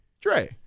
Dre